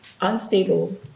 unstable